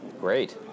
great